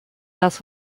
das